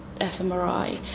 fMRI